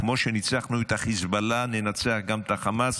כמו שניצחנו את חיזבאללה ננצח גם את חמאס,